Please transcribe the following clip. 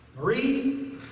Marie